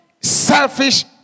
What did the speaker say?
selfish